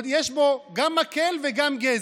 יש בו גם מקל וגם גזר,